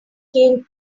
came